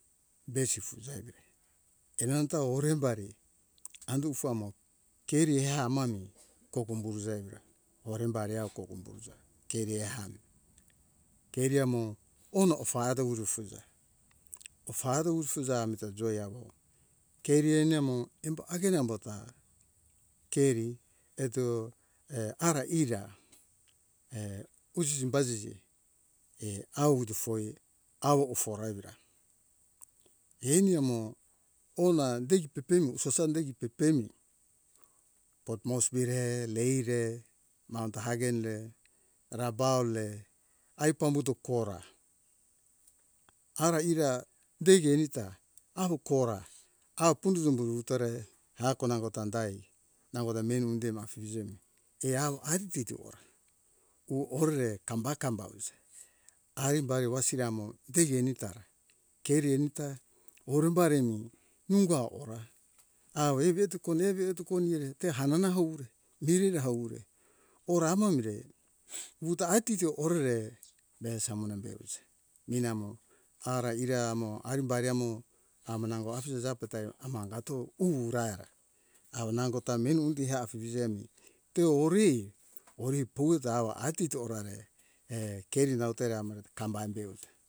Besi fuza emire enanta orembari andu famo keri eha amami kogombuza eira embare awo kogombuza keri ehami keri amo ono ofado uru fuza ofado ufuza amita joi awo keri eni amo embo hagen embo ta keri eto err ara ira err usisi basisi err awutu foi awo oh for a evira eni amo ona dei pepemu usasa da dei pepemi port moresby re lae re mount hagen re rabaul re ai pambuto kora ara ira deige erita awo kora aputzu butore hako nangota dai nangoda meni unde aije mi ehawo ati tu ora pu horere kamba kambauza arimbari wasiri amo dei eni ta keri eni ta orembari mi nungoa ora au evetuko evetuko konihere hanana haure mireri haure ora am amire uta atiza orere be samona be usa minamo ara ira amo arimbari amo amo nango afije jape te ama angato ura awo nangota meni undi afifije mi teo ori ori ujo awa atitora re err err keri naute ramo kambai be uja